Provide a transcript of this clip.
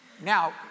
now